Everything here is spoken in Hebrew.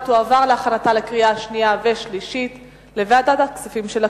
ותועבר להכנתה לקריאה שנייה ושלישית לוועדת הכספים של הכנסת.